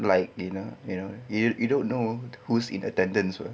like you know you know you you don't know who's in attendance were